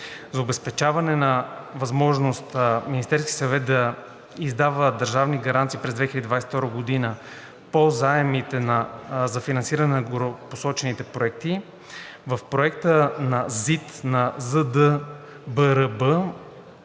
За обезпечаване на възможност Министерският съвет да издава държавни гаранции през 2022 г. по заемите за финансиране на гореописаните проекти в Проекта на ЗИД на ЗДБРБ